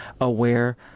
aware